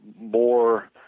more